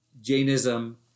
Jainism